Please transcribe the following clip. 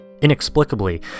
Inexplicably